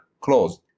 closed